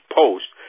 post